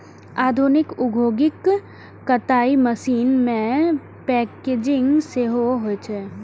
आधुनिक औद्योगिक कताइ मशीन मे पैकेजिंग सेहो होइ छै